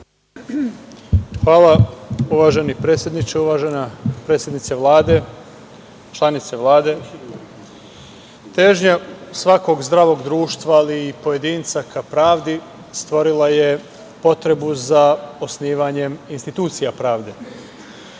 Hvala. Uvaženi predsedniče, uvažena predsednice Vlade, članice Vlade, težnja svakog zdravog društva ali i pojedinca ka pravdi stvorila je potrebu za osnivanjem institucija pravde.